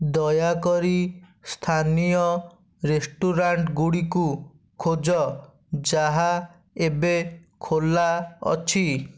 ଦୟାକରି ସ୍ଥାନୀୟ ରେଷ୍ଟୁରାଣ୍ଟଗୁଡ଼ିକୁ ଖୋଜ ଯାହା ଏବେ ଖୋଲା ଅଛି